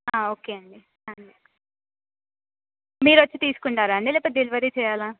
okay అండి మీరు వచ్చి తీసుకుంటారడి లేకపోతే డెలివరీ చేయాలా